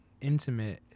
intimate